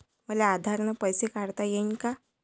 मले आधार न पैसे काढता येईन का?